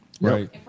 right